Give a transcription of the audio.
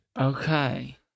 Okay